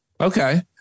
Okay